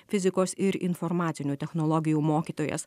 fizikos ir informacinių technologijų mokytojas